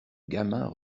gamin